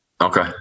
Okay